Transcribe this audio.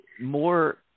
more